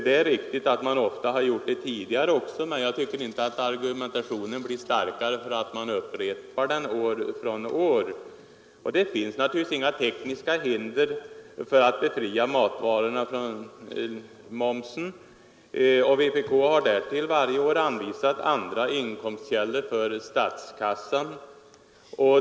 Det är riktigt att man ofta har gjort det tidigare också, men jag tycker inte att argumentationen blir starkare för att man upprepar den år från år. Det finns naturligtvis inga tekniska hinder för att befria matvarorna från moms. Vpk har därför varje år anvisat andra inkomstkällor för statskassan.